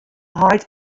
heit